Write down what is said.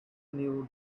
new